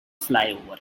flyover